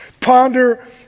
Ponder